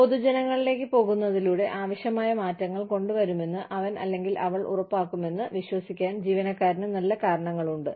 പൊതുജനങ്ങളിലേക്ക് പോകുന്നതിലൂടെ ആവശ്യമായ മാറ്റങ്ങൾ കൊണ്ടുവരുമെന്ന് അവൻ അല്ലെങ്കിൽ അവൾ ഉറപ്പാക്കുമെന്ന് വിശ്വസിക്കാൻ ജീവനക്കാരന് നല്ല കാരണങ്ങളുണ്ട്